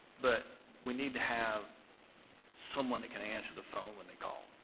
but we need to have someone that can answer the phone when they call.